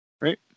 Right